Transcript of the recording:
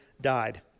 died